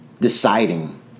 Deciding